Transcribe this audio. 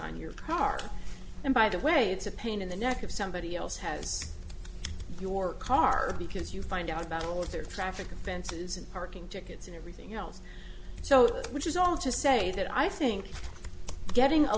on your car and by the way it's a pain in the neck of somebody else has your car because you find out about all of their traffic offenses and parking tickets and everything else so which is all to say that i think getting a